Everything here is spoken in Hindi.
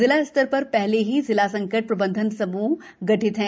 जिला स्तर प्र शहले ही जिला संकट प्रबंधन समूह गठित है